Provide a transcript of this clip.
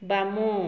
ବାମ